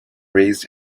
raised